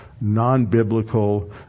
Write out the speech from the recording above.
non-biblical